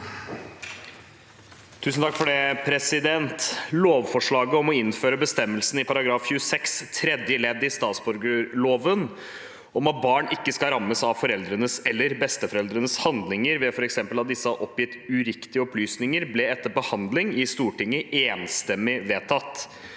Lund (R) «Lovforslaget om å innføre bestemmelsen i § 26 tredje ledd i statsborgerloven, om at barn ikke skal rammes av foreldrenes eller besteforeldrenes handlinger, ved for eksempel at disse har oppgitt uriktige opplysninger, ble etter behandling i Stortinget enstemmig vedtatt.